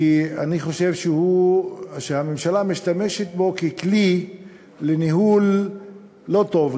כי אני חושב שהממשלה משתמשת בו ככלי לניהול לא טוב,